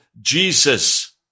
Jesus